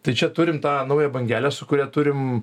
tai čia turim tą naują bangelę su kuria turim